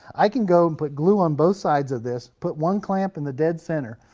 i can go and put glue on both sides of this, put one clamp in the dead center,